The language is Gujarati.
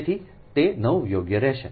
તેથી તે 9 યોગ્ય રહેશે